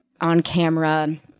on-camera